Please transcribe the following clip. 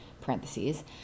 parentheses